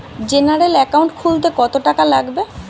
General account খুলতে কত টাকা লাগবে?